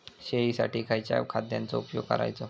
शेळीसाठी खयच्या खाद्यांचो उपयोग करायचो?